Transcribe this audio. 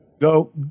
Go